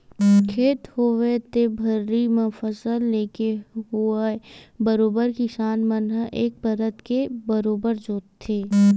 खेत होवय ते भर्री म फसल लेके होवय बरोबर किसान मन ह एक परत के बरोबर जोंतथे